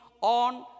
on